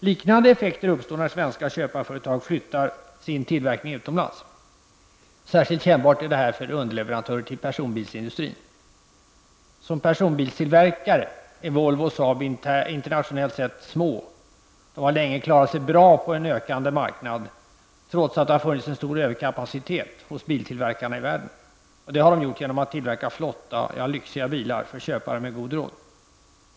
Liknande effekter uppstår när svenska köparföretag flyttar sin tillverkning utomlands. Särskilt kännbart är detta för underleverantörer till personbilsindustrin. Som personbilstillverkare är Volvo och Saab internationellt sett små företag. Genom att tillverka flotta, lyxiga bilar för köpare med goda ekonomiska möjligheter har Volvo och Saab länge klarat sig bra på en ökande marknad, trots att det har funnits en stor överkapacitet hos biltillverkarna i världen.